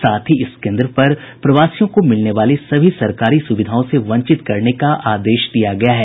साथ ही इस केन्द्र पर प्रवासियों को मिलने वाली सभी सुविधाओं से वंचित करने का आदेश दिया गया है